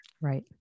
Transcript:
right